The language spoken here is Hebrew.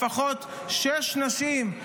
לפחות שש נשים,